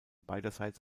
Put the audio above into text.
beiderseits